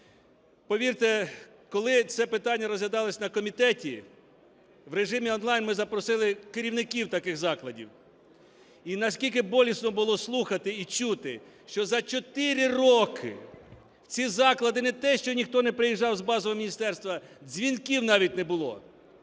Повірте, коли це питання розглядалося на комітеті в режимі онлайн, ми запросили керівників таких закладів, і наскільки було болісно слухати і чути, що за чотири роки в ці заклади не те, що ніхто не приїжджав з базового міністерства, дзвінків навіть не було.